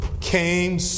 came